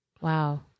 Wow